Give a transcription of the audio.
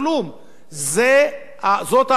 זאת ההחלטה שלנו,